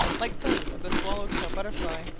like those of the swallow-tail butterfly,